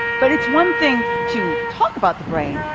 but it's one thing to talk about the brain,